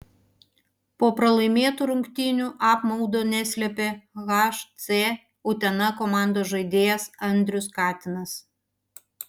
po pralaimėtų rungtynių apmaudo neslėpė hc utena komandos žaidėjas andrius katinas